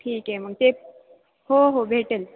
ठीक आहे मग ते हो हो भेटेल